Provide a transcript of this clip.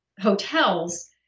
hotels